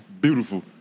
beautiful